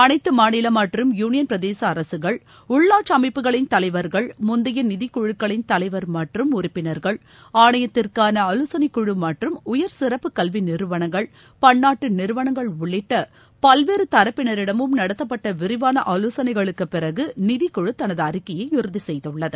அனைத்து மாநில மற்றும் யூளியன் பிரதேச அரசுகள் உள்ளாட்சி அமைப்புகளின் தலைவர்கள் முந்தைய நிதிக்குழுக்களின் தலைவர் மற்றும் உறுப்பினர்கள் ஆணையத்திற்னன ஆலோசனை குழு மற்றும் உயர் சிறப்பு கல்வி நிறுவளங்கள் பள்ளாட்டு நிறுவளங்கள் உள்ளிட்ட பல்வேறு தரப்பினரிடமும் நடத்தப்பட்ட விரிவாள ஆலோசனைகளுக்குப் பிறகு நிதிக்குழு தனது அறிக்கையை இறுதி செய்துள்ளது